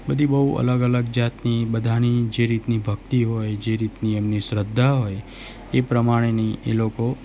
બધી બહુ અલગ અલગ જાતની બધાની જે રીતની ભક્તિ હોય જે રીતની એમની શ્રદ્ધા હોય એ પ્રમાણેની એ લોકો